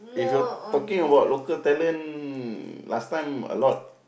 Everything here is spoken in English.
if you are talking about local talent last time a lot